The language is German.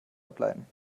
ableiten